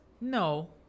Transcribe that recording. No